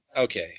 Okay